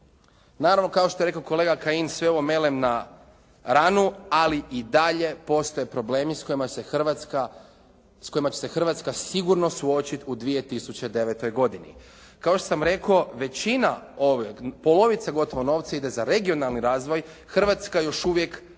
Naravno kao što je rekao kolega Kajin sve je ovo melem na ranu, ali i dalje postoje problemi s kojima će se Hrvatska sigurno suočiti u 2009. godini. Kao što sam rekao većina ovog, polovica gotovo novca ide za regionalni razvoj, Hrvatska još uvijek nema